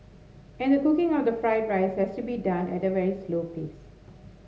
and the cooking of the fried rice has to be done at a very slow pace